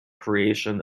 creation